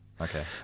Okay